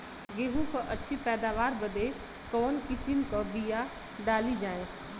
गेहूँ क अच्छी पैदावार बदे कवन किसीम क बिया डाली जाये?